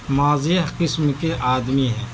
مازح قسم کے آدمی ہیں